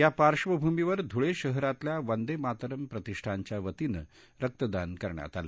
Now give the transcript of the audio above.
या पार्श्वभूमीवर धुळे शहरातल्या वंदे मातरम प्रतिष्ठानच्या वतीनं रक्तदान करण्यात आलं